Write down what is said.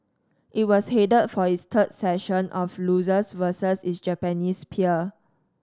it was headed for its third session of losses versus its Japanese peer